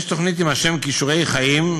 2. יש תוכנית בשם "כישורי חיים".